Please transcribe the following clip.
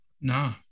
No